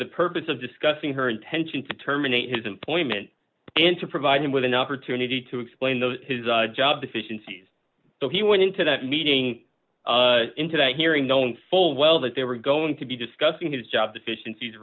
the purpose of discussing her intention to terminate his employment and to provide him with an opportunity to explain those his job deficiencies so he went into that meeting into that hearing known full well that they were going to be discussing his job deficiencies